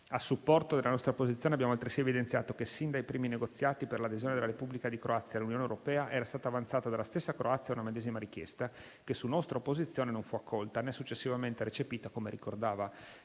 A supporto della nostra posizione, abbiamo altresì evidenziato che sin dai primi negoziati per l'adesione della Repubblica di Croazia all'Unione europea era stata avanzata dalla stessa Croazia una medesima richiesta che, su nostra opposizione, non fu accolta né successivamente recepita, come ricordava